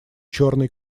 черной